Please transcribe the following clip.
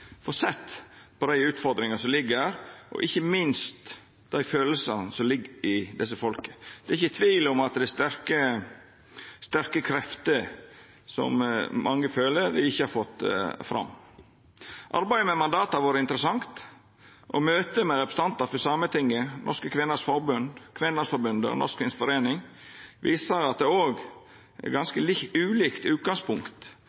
får sett på dei utfordringane som ligg her – og ikkje minst dei følelsane som ligg i desse folka. Det er ikkje tvil om at det er sterke krefter, som mange føler dei ikkje har fått fram. Arbeidet med mandatet har vore interessant. Møta med representantar for Sametinget, Norske Kveners Forbund, Kvenlandsforbundet og Norsk-Finsk Forening viser at det òg er